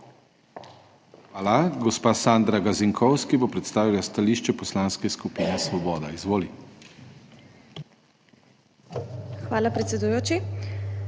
Hvala. Gospa Sandra Gazinkovski bo predstavila stališče Poslanske skupine Svoboda. Izvoli. **SANDRA